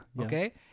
okay